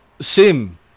sim